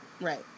Right